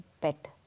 pet